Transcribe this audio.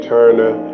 Turner